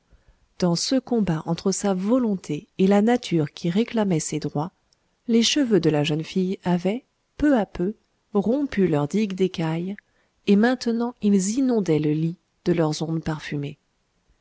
dans ce combat entre sa volonté et la nature qui réclamait ses droits les cheveux de la jeune fille avaient peu à peu rompu leur digue d'écaille et maintenant ils inondaient le lit de leurs ondes parfumées